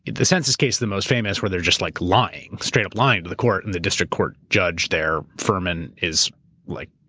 the census case of the most famous where they're just like lying, straight up lying to the court and the district court judge there, furman, is like